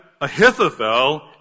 Ahithophel